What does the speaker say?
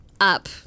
up